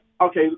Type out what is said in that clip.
Okay